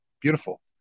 Beautiful